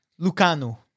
Lucano